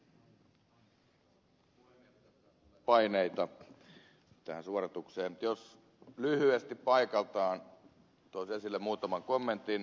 tässähän tulee paineita tähän suoritukseen mutta jos lyhyesti paikaltani toisin esille muutaman kommentin